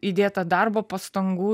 įdėta darbo pastangų